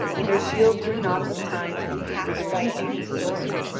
and their shields were not of a kind to be hacked by any sword,